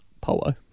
Polo